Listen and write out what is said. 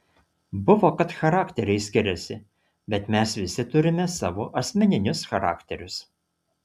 buvo kad charakteriai skiriasi bet mes visi turime savo asmeninius charakterius